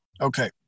okay